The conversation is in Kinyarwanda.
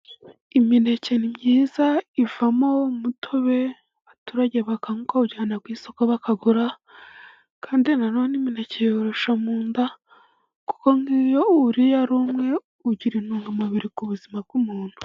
Imineke myiza ivamo umutobe abaturage bakawunjyana ku isoko bakagura, kandi na none iminke yoroshya mu nda, kuko nk'iyo uwuriye ari umwe, ugira intungamubiri ku buzima bw'umuntu.